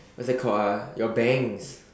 what's that called ah your bangs